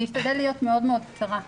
אני אשתדל להיות מאוד קצרה.